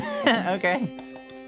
Okay